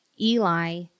Eli